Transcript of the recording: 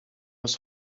was